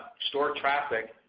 store traffic,